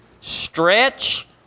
stretch